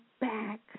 back